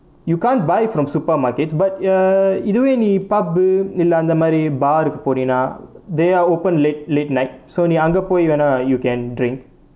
you can't buy from supermarkets but err either way நீ:nee pub இல்லை அந்த மாதிரி:illai antha maathiri bar கு போனேனா:ku ponaenaa they are open late late night so நீ அங்கே போய் வேனா:nee angae poi venaa you can drink